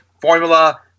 formula